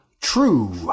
true